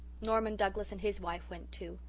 norman douglas and his wife went too.